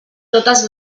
totes